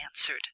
answered